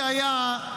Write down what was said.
אין צורך.